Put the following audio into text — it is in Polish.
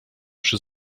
przy